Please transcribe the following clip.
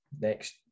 next